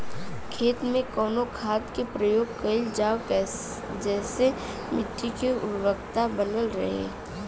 खेत में कवने खाद्य के प्रयोग कइल जाव जेसे मिट्टी के उर्वरता बनल रहे?